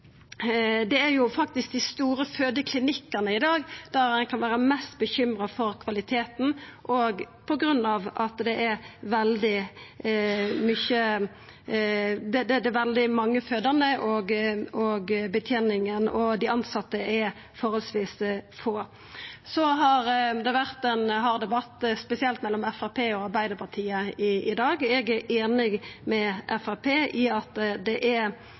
faktisk ved dei store fødeklinikkane ein i dag kan vera mest bekymra for kvaliteten, òg på grunn av at det er veldig mange fødande, beteninga er lita, og dei tilsette er forholdsvis få. Så har det vore ein hard debatt spesielt mellom Framstegspartiet og Arbeidarpartiet i dag. Eg er einig med Framstegspartiet i at det er